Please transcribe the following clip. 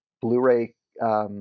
Blu-ray